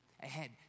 ahead